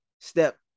step